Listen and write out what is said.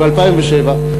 ב-2007,